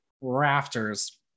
Rafters